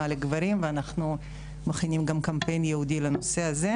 לגברים ואנחנו מכינים גם קמפיין ייעודי לנושא הזה.